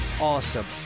awesome